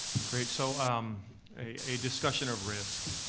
great, so um a discussion of risk,